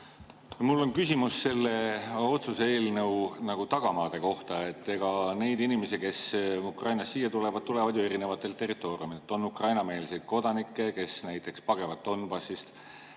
Mul on küsimus selle otsuse eelnõu tagamaade kohta. Eks neid inimesi, kes Ukrainast siia tulevad, tuleb ju erinevatelt territooriumidelt. On Ukraina-meelseid kodanikke, kes näiteks pagevad Donbassist,